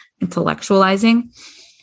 intellectualizing